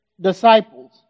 disciples